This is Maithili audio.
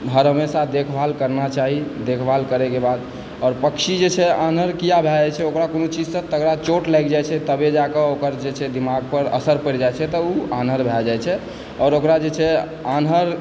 हर हमेशा देखभाल करना चाही देखभाल करयके बाद आओर पक्षी जे छै आन्हर किआ भए जाइ छै ओकरा कोनो चीजसँ तगड़ा चोट लागि जाइ छै तबे जाके ओकर जे छै दिमाग पर असर पड़ि जाइ छै तऽ ओ आन्हर भए जाइत छै आओर ओकरा जे छै आन्हर